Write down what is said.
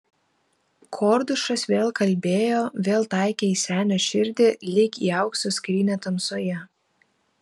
kordušas vėl kalbėjo vėl taikė į senio širdį lyg į aukso skrynią tamsoje